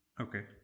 Okay